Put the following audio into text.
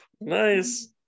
Nice